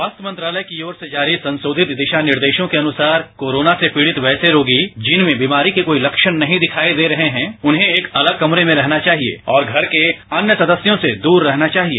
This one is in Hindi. स्वास्थ्य मंत्रालय की ओर से जारी संशोधित दिशा निर्देशों के अनुसार कोरोना से पीड़ित वैसे रोगी जिनमें बीमारी के कोई लक्षण नहीं दिखाई दे रहे है उन्हे एक अलग कमरे मे रहना चाहिये और घर के अन्य सदस्यों से दूर रहना चाहिए